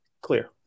Clear